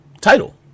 title